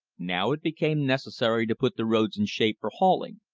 now it became necessary to put the roads in shape for hauling.